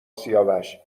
سیاوش